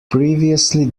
previously